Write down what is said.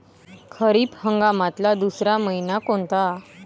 खरीप हंगामातला दुसरा मइना कोनता?